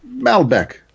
Malbec